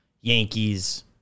Yankees